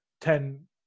ten